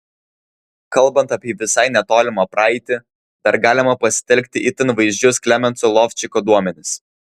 kalbant apie visai netolimą praeitį dar galima pasitelkti itin vaizdžius klemenso lovčiko duomenis